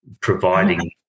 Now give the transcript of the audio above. providing